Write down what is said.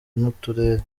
n’uturere